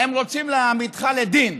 הם רוצים להעמידך לדין,